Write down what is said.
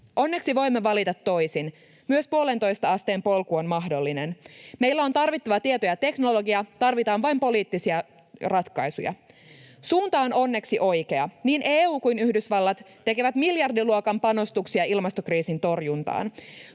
Onneksi voimme valita toisin. Myös 1,5 asteen polku on mahdollinen. Meillä on tarvittava tieto ja teknologia, tarvitaan vain poliittisia ratkaisuja. Suunta on onneksi oikea. Niin EU kuin Yhdysvallat tekevät miljardiluokan panostuksia ilmastokriisin torjuntaan.